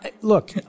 Look